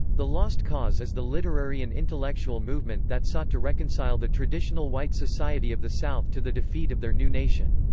the lost cause is the literary and intellectual movement that sought to reconcile the traditional white society of the south to the defeat of their new nation.